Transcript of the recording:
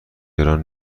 گران